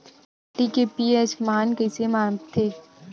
माटी के पी.एच मान कइसे मापथे?